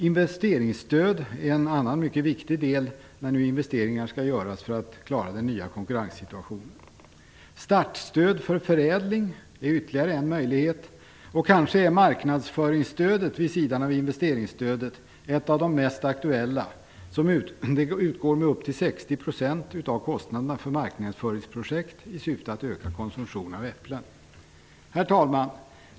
Investeringsstöd är en annan mycket viktig del när investeringar nu skall göras för att klara den nya konkurrenssituationen. Startstöd för förädling är ytterligare en möjlighet. Kanske är marknadsföringsstödet, vid sidan av investeringsstödet, ett av de mest aktuella stöden som utgår med upp till 60 % av kostnaderna för marknadsföringsprojekt i syfte att öka konsumtionen av äpplen. Herr talman!